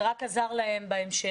זה רק עזר להם בהמשך.